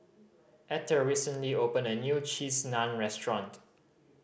Etter recently opened a new Cheese Naan Restaurant